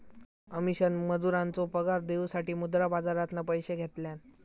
अमीषान मजुरांचो पगार देऊसाठी मुद्रा बाजारातना पैशे घेतल्यान